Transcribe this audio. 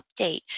update